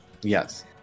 Yes